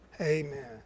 Amen